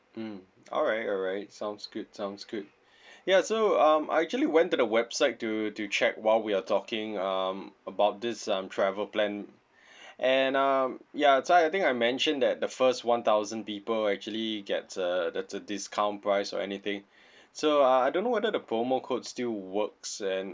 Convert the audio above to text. mm alright alright sounds good sounds good ya so um I actually went to the website to to check while we are talking um about this um travel plan and um ya so I think I mention that the first one thousand people actually gets a the the discount price or anything so uh I don't know whether the promo code still works and